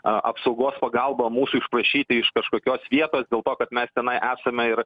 a apsaugos pagalbom mūsų išprašyti iš kažkokios vietos dėl to kad mes tenai esame ir